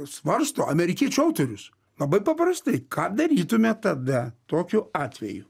svarsto amerikiečių autorius labai paprastai ką darytume tada tokiu atveju